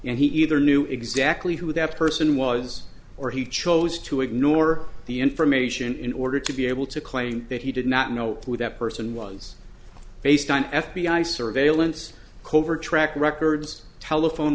and he either knew exactly who that person was or he chose to ignore the information in order to be able to claim that he did not know who that person was based on f b i surveillance covert track records telephone